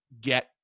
get